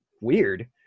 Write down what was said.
weird